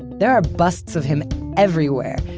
there are busts of him everywhere.